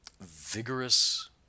vigorous